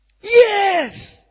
Yes